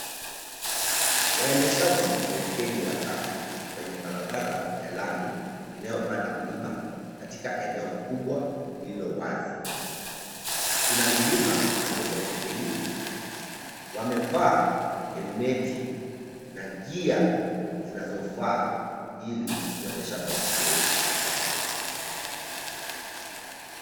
Waendeshaji baiskeli watatu kwenye barabara ya lami inayopanda mlima katika eneo kubwa lililo wazi. Kuna milima pande zote mbili. Wamevaa helmeti na gear zinazofaa ilikuendesha baiskeli.